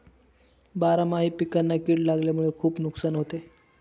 बारामाही पिकांना कीड लागल्यामुळे खुप नुकसान होते